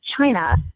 China